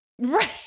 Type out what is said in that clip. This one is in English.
Right